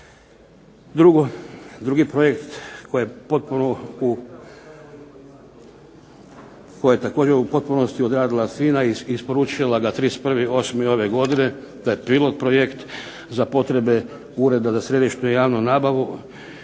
Drugi projekt koji je u potpunosti odradila FINA i isporučila ga 31. 8. ove godine, taj pilot projekt za potrebe Ureda za središnju javnu nabavu